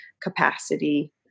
capacity